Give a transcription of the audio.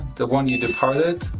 the one you departed.